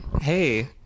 Hey